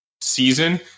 season